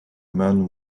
man